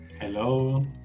hello